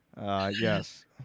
Yes